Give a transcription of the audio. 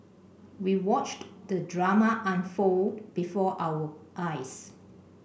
we watched the drama unfold before our eyes